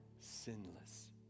sinless